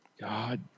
God